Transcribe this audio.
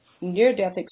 near-death